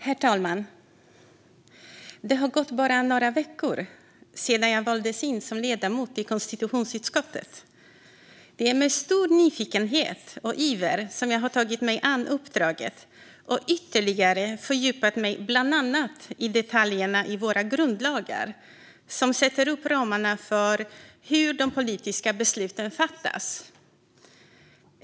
Herr talman! Det har gått bara några veckor sedan jag valdes in som ledamot i konstitutionsutskottet. Det är med stor nyfikenhet och iver som jag har tagit mig an uppdraget och ytterligare fördjupat mig i bland annat detaljerna i våra grundlagar som sätter ramarna för hur de politiska besluten fattas.